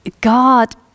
God